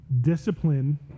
discipline